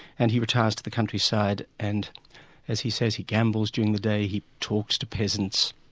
and he retires to the countryside and as he says, he gambols during the day, he talks to peasants,